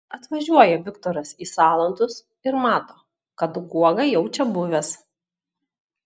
atvažiuoja viktoras į salantus ir mato kad guoga jau čia buvęs